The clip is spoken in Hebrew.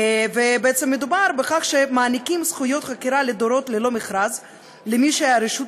בעצם מדובר על כך שמעניקים זכויות חכירה לדורות ללא מכרז למי שהשירות